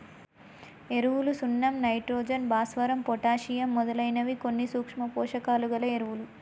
ఎరువులు సున్నం నైట్రోజన్, భాస్వరం, పొటాషియమ్ మొదలైనవి కొన్ని సూక్ష్మ పోషకాలు గల ఎరువులు